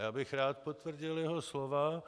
Já bych rád potvrdil jeho slova.